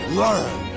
learn